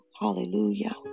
hallelujah